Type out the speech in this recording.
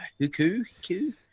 Huku